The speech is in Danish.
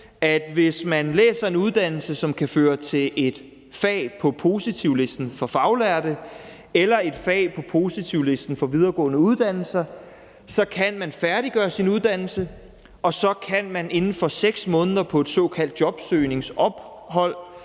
at hvis man er på en uddannelse, som kan føre til et fag på positivlisten for faglærte eller et fag på positivlisten for videregående uddannelser, kan man færdiggøre sin uddannelse, og så kan man på et såkaldt jobsøgningsophold